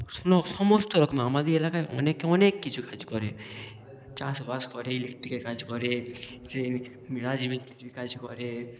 শোনো সমস্ত রকম আমাদের এলাকায় অনেকে অনেক কিছু কাজ করে চাষবাস করে ইলেকট্রিকের কাজ করে কে রাজমিস্তিরির কাজ করে